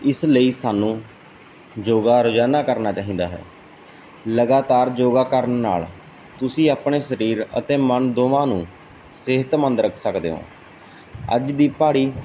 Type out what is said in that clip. ਇਸ ਲਈ ਸਾਨੂੰ ਯੋਗਾ ਰੋਜ਼ਾਨਾ ਕਰਨਾ ਚਾਹੀਦਾ ਹੈ ਲਗਾਤਾਰ ਯੋਗਾ ਕਰਨ ਨਾਲ ਤੁਸੀਂ ਆਪਣੇ ਸਰੀਰ ਅਤੇ ਮਨ ਦੋਵਾਂ ਨੂੰ ਸਿਹਤਮੰਦ ਰੱਖ ਸਕਦੇ ਹੋ ਅੱਜ ਦੀ ਪਹਾੜੀ